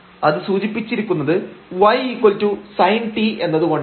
അത് സൂചിപ്പിച്ചിരിക്കുന്നത് ysin t എന്നതുകൊണ്ടാണ്